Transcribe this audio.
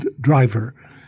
driver